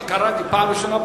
קראתי פעם ראשונה,